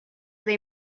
they